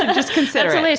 and just consider it.